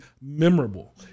memorable